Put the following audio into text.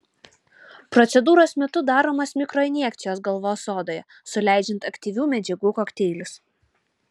procedūros metu daromos mikroinjekcijos galvos odoje suleidžiant aktyvių medžiagų kokteilius